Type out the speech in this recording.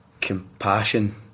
compassion